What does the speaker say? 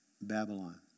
Babylon